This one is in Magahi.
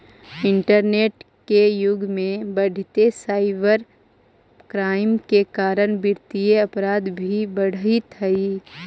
इंटरनेट के युग में बढ़ीते साइबर क्राइम के कारण वित्तीय अपराध भी बढ़ित हइ